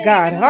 God